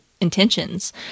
intentions